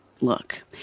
Look